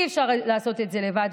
אי-אפשר לעשות את זה לבד.